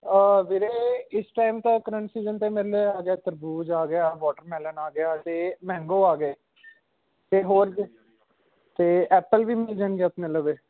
ਵੀਰੇ ਇਸ ਟਾਈਮ ਤਾਂ ਕਰੰਟ ਸੀਜ਼ਨ ਅਤੇ ਆ ਗਿਆ ਤਰਬੂਜ਼ ਆ ਗਿਆ ਵਾਟਰਮੈਲਨ ਆ ਗਿਆ ਅਤੇ ਮੈਂਗੋ ਆ ਗਏ ਅਤੇ ਹੋਰ ਵੀ ਅਤੇ ਐੱਪਲ ਵੀ ਮਿਲ ਜਾਣਗੇ ਆਪਣੇ ਲਵੇ